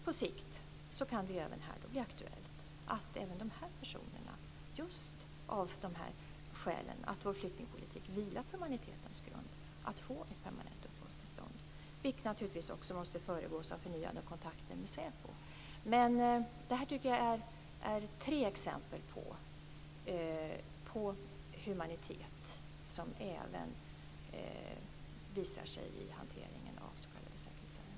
På sikt kan det bli aktuellt att även de här personerna, just av det skälet att vår flyktingpolitik vilar på humanitetens grund, får ett permanent uppehållstillstånd. Det måste naturligtvis då också föregås av förnyade kontakter med säpo. Det här tycker jag är tre exempel på humanitet som även visar sig i hanteringen av s.k. säkerhetsärenden.